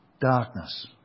darkness